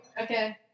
Okay